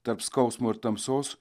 tarp skausmo ir tamsos